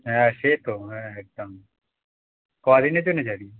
হ্যাঁ সে তো হ্যাঁ একদম ক দিনের জন্যে যাবি